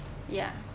ya